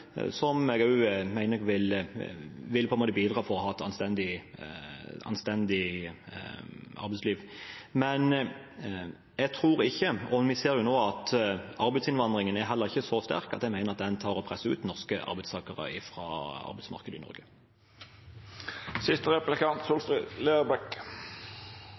som jeg også mener vil bidra til å gi et anstendig arbeidsliv. Vi ser nå at arbeidsinnvandringen heller ikke er så sterk at den presser ut norske arbeidstakere fra arbeidsmarkedet i